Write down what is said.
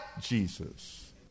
Jesus